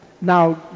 Now